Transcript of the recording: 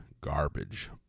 garbage